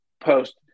Post